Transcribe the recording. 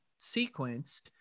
sequenced